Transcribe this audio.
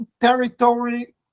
territory